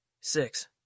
Six